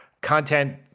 content